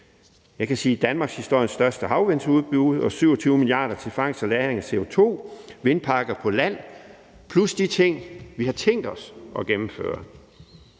Jeg kan nævne danmarkshistoriens største udbud af havvindmølleparker, 27 mia. kr. til fangst og lagring af CO2, vindmølleparker på land plus de ting, vi har tænkt os at gennemføre.